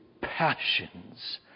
passions